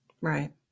Right